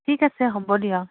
ঠিক আছে হ'ব দিয়ক